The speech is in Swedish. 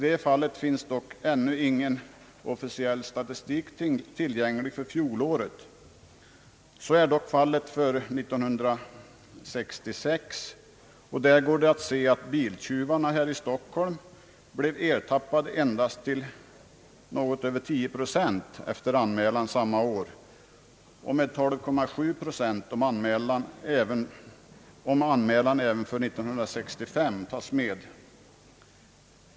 Det finns ännu ingen officiell statistik tillgänglig för fjolåret. Så är dock fallet för år 1966, och där går det att se att biltjuvarna här i Stockholm blev ertappade endast till 10,1 procent efter anmälan samma år och med 12,7 procent, om anmälan även för 1965 tas med.